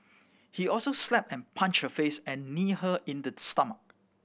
he also slapped and punched her face and kneed her in the stomach